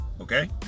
okay